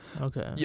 Okay